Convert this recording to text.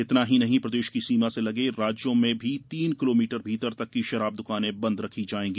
इतना ही नहीं प्रदेश की सीमा से लगे राज्यों में भी तीन किलोमीटर भीतर तक की शराब दुकानें बंद रखी जायेंगी